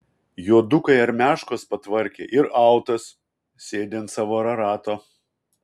juodukai armiaškos patvarkė ir autas sėdi ant savo ararato